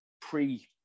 pre